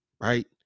right